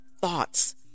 thoughts